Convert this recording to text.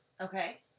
Okay